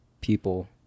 people